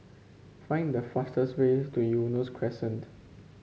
find the fastest way to Eunos Crescent